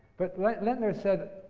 but like lintner said,